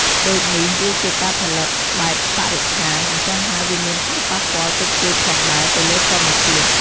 ដូចនេះ វាជាការផលិតបែបបរិស្ថាន អញ្ចឹងហ់ើយវាមានផលប៉ះពាល់តិចតួចផងដែរទៅលើធម្មជាតិ។